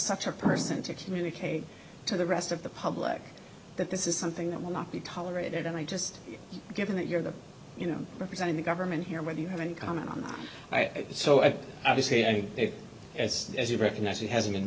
such a person to communicate to the rest of the public that this is something that will not be tolerated i just given that you're there you know representing the government here whether you have any comment on it so i have to say i think if it's as you recognize it has been